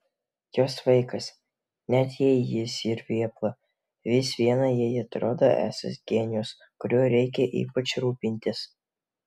jos vaikas net jei jis ir vėpla vis viena jai atrodo esąs genijus kuriuo reikia ypač rūpintis